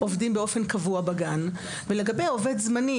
באופן קבוע בגן ולגבי עובד זמני,